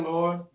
Lord